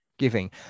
Giving